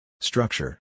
Structure